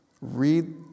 Read